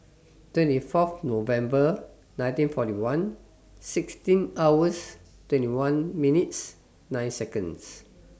twenty Fourth November nineteen forty one sixteen hours twenty one minutes nine Seconds